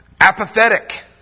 apathetic